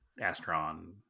Astron